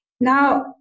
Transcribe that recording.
Now